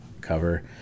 cover